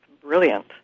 brilliant